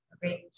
great